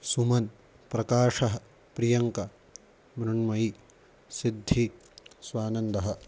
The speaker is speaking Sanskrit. सुमन् प्रकाशः प्रियङ्का मृण्मयि सिद्धि स्वानन्दः